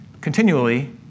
continually